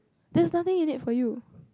there's nothing in it for you